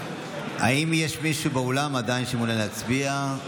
האם יש מישהו באולם שעדיין מעוניין להצביע?